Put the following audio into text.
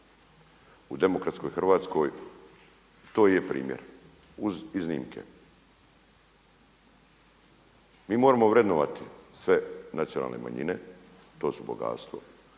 U demokratskoj Hrvatskoj to je primjer uz iznimke. Mi moramo vrednovati sve nacionalne manjine to su bogatstvo.